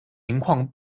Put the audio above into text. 情况